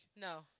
no